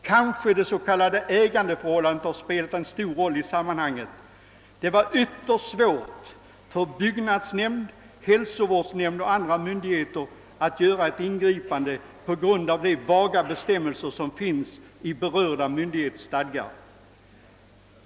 Kanske har det s.k. ägandeförhållandet spelat en stor roll i sammanhanget. Det har varit ytterst svårt för byggnadsnämnd, hälsovårdsnämnd och andra myndigheter att göra ett ingripande på grund av de vaga bestämmelser som finns i berörda myndigheters stadgar.